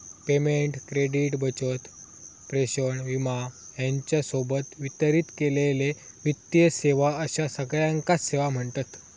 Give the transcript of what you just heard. payment, credit, बचत, प्रेषण, विमा ह्येच्या सोबत वितरित केलेले वित्तीय सेवा अश्या सगळ्याकांच सेवा म्ह्णतत